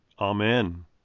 Amen